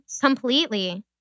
Completely